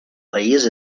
país